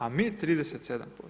A mi 37%